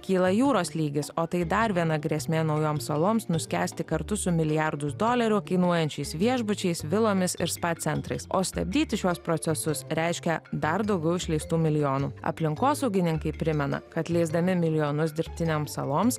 kyla jūros lygis o tai dar viena grėsmė naujoms saloms nuskęsti kartu su milijardus dolerių kainuojančiais viešbučiais vilomis ir spa centrais o stabdyti šiuos procesus reiškia dar daugiau išleistų milijonų aplinkosaugininkai primena kad leisdami milijonus dirbtinėms saloms